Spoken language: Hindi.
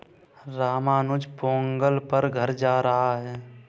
रामानुज पोंगल पर घर जा रहा है